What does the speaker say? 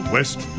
West